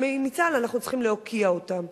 אנחנו צריכים להוקיע אותם,